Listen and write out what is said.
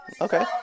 Okay